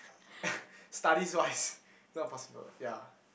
studies wise not possible ya